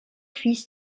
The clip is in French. fils